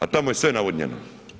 A tamo je sve navodnjeno.